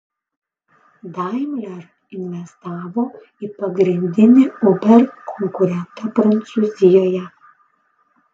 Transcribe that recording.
daimler investavo į pagrindinį uber konkurentą prancūzijoje